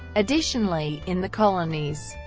additionally, in the colonies,